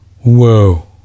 Whoa